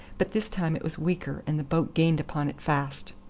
but this time it was weaker and the boat gained upon it fast.